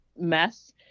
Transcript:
mess